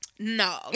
No